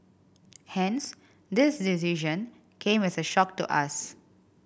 hence this decision came as a shock to us